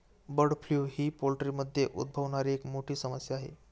bird flu ही पोल्ट्रीमध्ये उद्भवणारी एक मोठी समस्या आहे